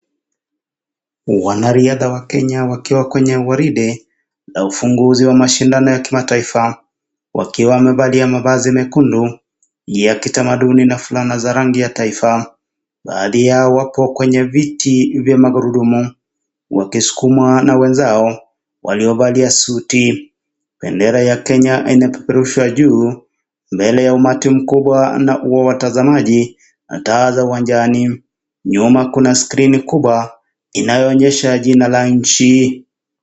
Wanariadha wa Kenya wakiwa kwenye gwaride la ufunguzi wamashindano ya kimataifa. Wakiwa wamevalia mavazi mekundu ya kitamaduni na fulana za rangi ya kitaifa. Baadhi yao wako kwenye viti vya magurudumu, wakisukumwa na wenzao waliovala suti. Bendera ya Kenya inapeperushwa juu, mbele ya umati mkubwa na watazamaji na taa za uwanjani. Nyuma kuna screen kubwa inayoonyesha jina la nchi.